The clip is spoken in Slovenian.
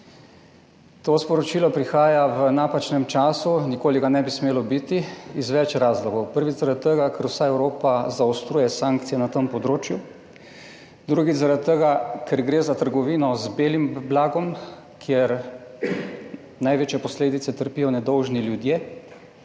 To sporočilo prihaja v napačnem času, nikoli ga ne bi smelo biti iz več razlogov. Prvič zaradi tega, ker vsa Evropa zaostruje sankcije na tem področju, drugič, zaradi tega, ker gre za trgovino z belim blagom, kjer največje posledice trpijo nedolžni ljudje,